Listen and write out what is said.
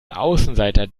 außenseiter